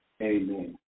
Amen